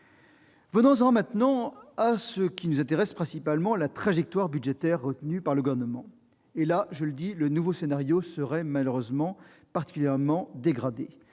Venons-en maintenant au sujet qui nous intéresse principalement : la trajectoire budgétaire retenue par le Gouvernement. Je le dis, le nouveau scénario proposé apparaît particulièrement dégradé.